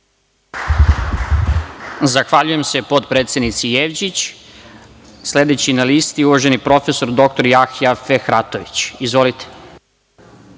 Zahvaljujem se potpredsednici Jevđić. Sledeći na listi, uvaženi prof. dr Jahja Fehratović. Izvolite.